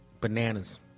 bananas